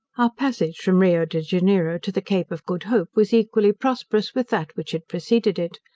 our passage from rio de janeiro to the cape of good hope was equally prosperous with that which had preceded it.